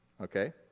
Okay